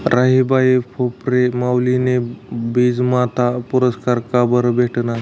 राहीबाई फोफरे माउलीले बीजमाता पुरस्कार काबरं भेटना?